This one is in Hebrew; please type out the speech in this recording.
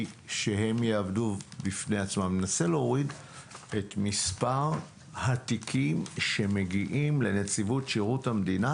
אני מנסה להוריד את מספר התיקים שמגיעים לנציבות שירות המדינה,